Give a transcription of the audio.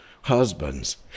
husbands